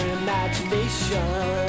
imagination